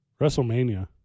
WrestleMania